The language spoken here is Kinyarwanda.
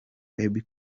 bebe